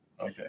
Okay